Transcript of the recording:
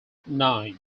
nine